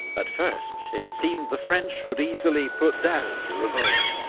at first it seemed the french would easily put down the revolt.